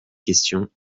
question